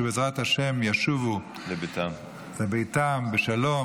שבעזרת השם ישובו לביתם בשלום,